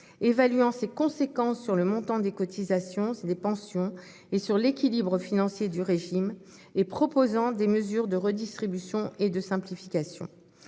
évaluant ses conséquences sur le montant des cotisations et des pensions et sur l'équilibre financier du régime, et en proposant des mesures de redistribution et de simplification.